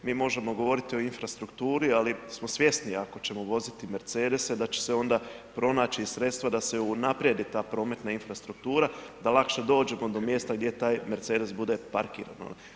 Mi možemo govoriti o infrastrukturi, ali smo svjesni ako ćemo voziti mercedese da će se onda pronaći sredstva da se unaprijedi ta prometna infrastruktura da lakše dođemo do mjesta gdje taj mercedes bude parkiran.